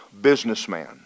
businessman